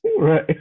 Right